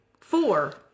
Four